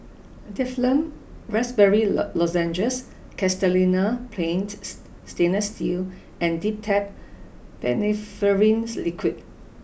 Difflam Raspberry Lozenges Castellani's Paint Stainless and Dimetapp Phenylephrine Liquid